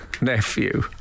nephew